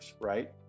right